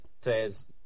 says